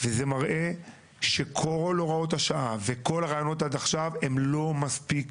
וזה מראה שכל הוראות השעה וכל הרעיונות עד עכשיו הם לא מספיק